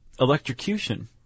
electrocution